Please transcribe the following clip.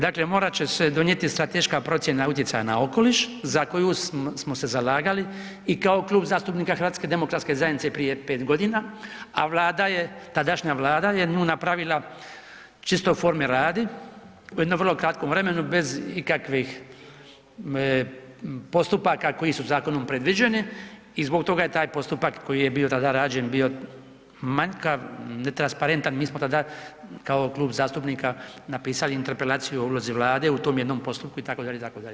Dakle, morat će se donijeti strateška procjena utjecaja na okoliš za kosu smo se zalagali i kao Klub zastupnika HDZ-a prije 5 godina, Vlada je, tadašnja Vlada je nju napravila čisto forme radi u jednom vrlo kratkom vremenu bez ikakvih postupaka koji su zakonom predviđeni i zbog toga je taj postupak koji je bio tada rađen bio manjkav, netransparentan, mi smo tada kao klub zastupnika napisali Interpelaciju o ulozi Vlade u tom jednom postupku, itd., itd.